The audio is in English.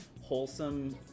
wholesome